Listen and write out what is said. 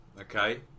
Okay